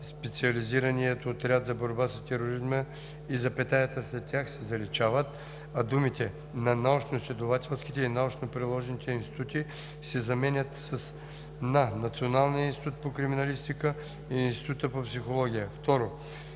Специализирания отряд за борба с тероризма“ и запетаята след тях се заличават, а думите „на научноизследователските и научно-приложните институти“ се заменят с „на Националния институт по криминалистика и Института по психология“.